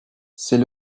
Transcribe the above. c’est